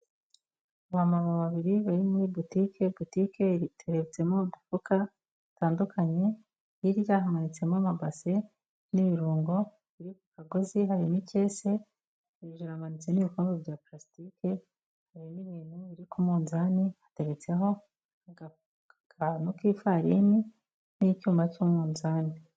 Ba mama babiri bari muri butike. Butike itereretsemo udufuka dutandukanye hirya hamanitsemo amabasi n'ibirungo biri ku kagozi, hari n' ikesi biramanitse ndetse n'ibikombe bya parasitike n' ibintu biri ku munzani hateretseho agafuka k'ifarini n'icyuma cy'umunzani.